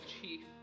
chief